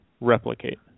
replicate